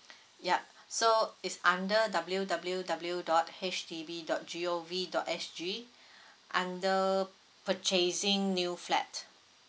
yup so it's under W_W_W dot H D B dot G_O_V dot S_G under purchasing new flat